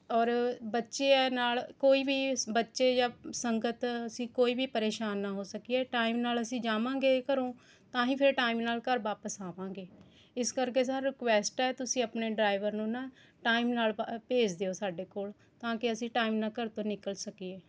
ਔਰ ਬੱਚੇ ਹੈ ਨਾਲ ਕੋਈ ਵੀ ਬੱਚੇ ਜਾਂ ਸੰਗਤ ਅਸੀਂ ਕੋਈ ਵੀ ਪਰੇਸ਼ਾਨ ਨਾ ਹੋ ਸਕੀਏ ਟਾਈਮ ਨਾਲ ਅਸੀਂ ਜਾਵਾਂਗੇ ਘਰੋਂ ਤਾਂ ਹੀ ਫੇਰ ਟਾਈਮ ਨਾਲ ਘਰ ਵਾਪਿਸ ਆਵਾਂਗੇ ਇਸ ਕਰਕੇ ਸਰ ਰਿਕਵੈਸਟ ਹੈ ਤੁਸੀਂ ਆਪਣੇ ਡਰਾਈਵਰ ਨੂੰ ਨਾ ਟਾਈਮ ਨਾਲ ਪ ਭੇਜ ਦਿਓ ਸਾਡੇ ਕੋਲ ਤਾਂ ਕਿ ਅਸੀਂ ਟਾਈਮ ਨਾਲ ਘਰ ਤੋਂ ਨਿਕਲ ਸਕੀਏ